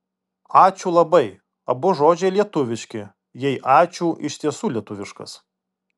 ačiū labai abu žodžiai lietuviški jei ačiū iš tiesų lietuviškas